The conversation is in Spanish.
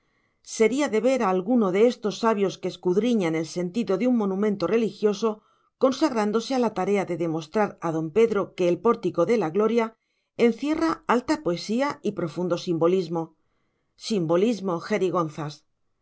sería de ver a alguno de estos sabios que escudriñan el sentido de un monumento religioso consagrándose a la tarea de demostrar a don pedro que el pórtico de la gloria encierra alta poesía y profundo simbolismo simbolismo jerigonzas el